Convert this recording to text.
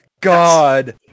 God